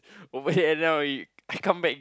over here end up I come back